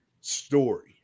story